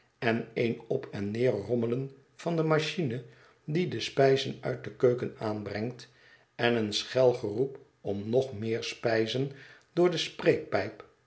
en een op en neer rommelen van de machine die de spijzen uit de keuken aanbrengt en een schel geroep om nog meer spijzen door de